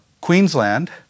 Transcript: Queensland